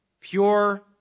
pure